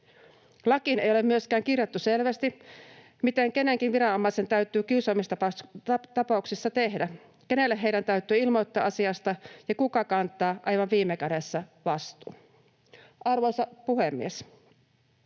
Lakiin ei ole myöskään kirjattu selvästi, miten kenenkin viranomaisen täytyy kiusaamistapauksissa tehdä, kenelle täytyy ilmoittaa asiasta ja kuka kantaa aivan viime kädessä vastuun. Arvoisa puhemies!